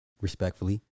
respectfully